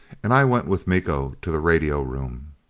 and i went with miko to the radio room.